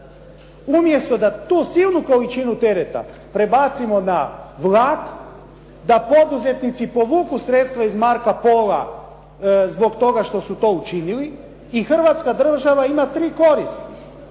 Umjesto da tu silnu količinu tereta prebacimo na vlak, da poduzetnici povuku sredstava iz "Marca Pola" zbog toga što su to učinili i Hrvatska država ima tri koristi.